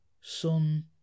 Sun